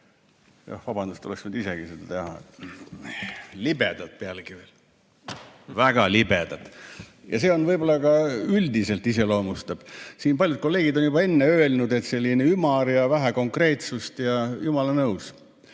Vabandust, aga oleks võinud isegi seda teha. Libedad pealegi veel, väga libedad. See võib-olla ka üldiselt seda iseloomustab. Paljud kolleegid on juba enne öelnud, et selline ümar ja vähe konkreetsust. Jumala nõus.